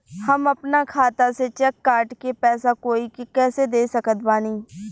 हम अपना खाता से चेक काट के पैसा कोई के कैसे दे सकत बानी?